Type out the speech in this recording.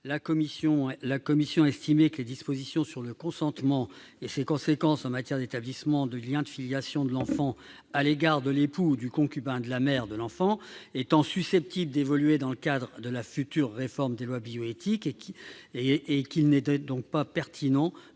la commission. Les dispositions sur le consentement et ses conséquences en matière d'établissement du lien de filiation de l'enfant à l'égard de l'époux ou du concubin de la mère de l'enfant étant susceptibles d'évoluer dans le cadre de la future réforme des lois de bioéthique, il n'était pas selon nous pertinent de les